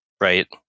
Right